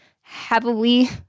heavily